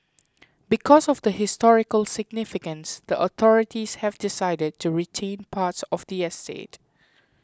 because of the historical significance the authorities have decided to retain parts of the estate